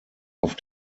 auf